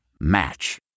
match